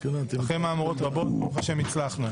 אחרי מהמורות רבות ברו השם הצלחנו.